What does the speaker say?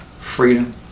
freedom